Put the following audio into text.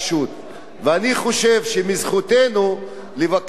ואני חושב שמזכותנו לבקש את הדבר הזה,